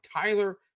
Tyler